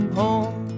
home